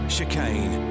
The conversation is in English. Chicane